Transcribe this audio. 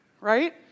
right